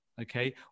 okay